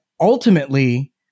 ultimately